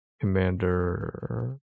commander